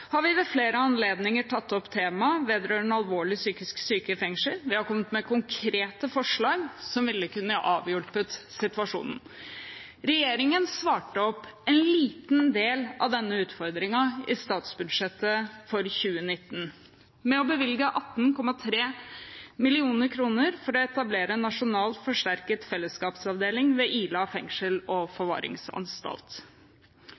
har vi ved flere anledninger tatt opp temaet alvorlig psykisk syke i fengsel, og vi har kommet med konkrete forslag som kunne avhjulpet situasjonen. Regjeringen svarte på en liten del av denne utfordringen i statsbudsjettet for 2019 ved å bevilge 18,3 mill. kr for å etablere en nasjonal forsterket fellesskapsavdeling ved Ila fengsel og